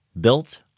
built